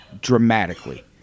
dramatically